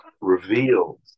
reveals